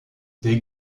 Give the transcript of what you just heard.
des